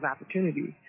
opportunities